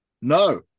No